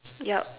yup